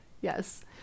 Yes